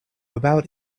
about